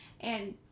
And-